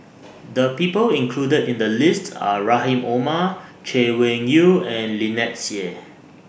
The People included in The list Are Rahim Omar Chay Weng Yew and Lynnette Seah